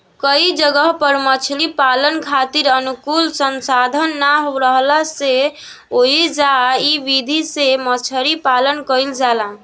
कई जगह पर मछरी पालन खातिर अनुकूल संसाधन ना राहला से ओइजा इ विधि से मछरी पालन कईल जाला